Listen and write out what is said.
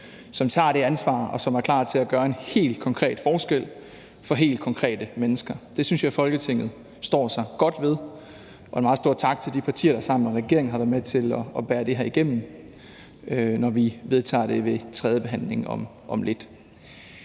som tager det ansvar, og som er klar til at gøre en helt konkret forskel for helt konkrete mennesker, synes jeg Folketinget står sig godt ved. Så en meget stor tak til de partier, der sammen med regeringen er med til at bære det her igennem, når vi om lidt vedtager det ved tredjebehandlingen.